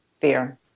Fear